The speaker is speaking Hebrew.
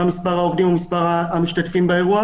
מספר העובדים או מספר המשתתפים באירוע